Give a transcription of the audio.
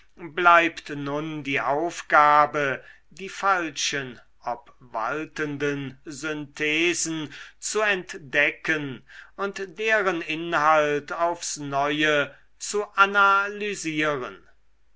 bleibt nun die aufgabe die falschen obwaltenden synthesen zu entdecken und deren inhalt aufs neue zu analysieren